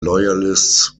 loyalists